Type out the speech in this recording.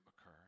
occur